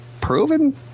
proven